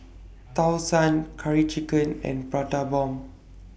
Tau Suan Curry Chicken and Prata Bomb